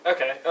Okay